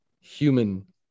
human